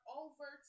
over